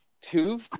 two